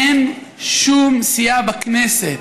אין שום סיעה בכנסת,